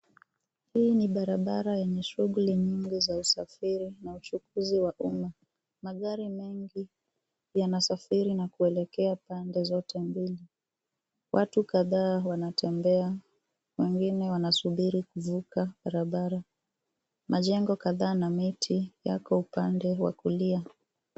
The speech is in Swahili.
Hii ni barabara yenye shughuli nyingi za usafiri na uchukuzi wa umma. Magari mengi yanasafiri na kuelekea pande zote mbili. Watu kadhaa wanatembea, wengine wanasubiri kuvuka barabara. Majengo kadhaa na miti yako upande wa kulia.